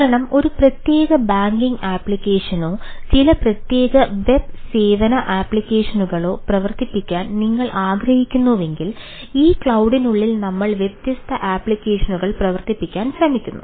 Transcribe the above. കാരണം ഒരു പ്രത്യേക ബാങ്കിംഗ് ആപ്ലിക്കേഷനോ പ്രവർത്തിപ്പിക്കാൻ ശ്രമിക്കുന്നു